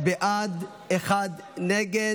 17 בעד, אחד נגד.